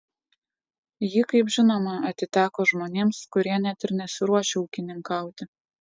ji kaip žinoma atiteko žmonėms kurie net ir nesiruošia ūkininkauti